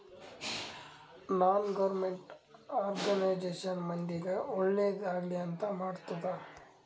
ನಾನ್ government organisation ಮಂದಿಗ್ ಒಳ್ಳೇದ್ ಆಗ್ಲಿ ಅಂತ್ ಮಾಡ್ತುದ್